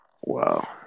Wow